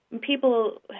people